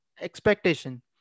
expectation